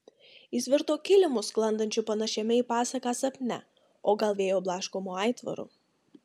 jis virto kilimu sklandančiu panašiame į pasaką sapne o gal vėjo blaškomu aitvaru